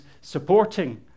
supporting